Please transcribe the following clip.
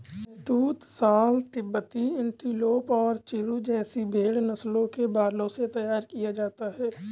शहतूश shawl तिब्बती antelope और चिरु जैसी भेड़ नस्लों के बालों से तैयार किया जाता है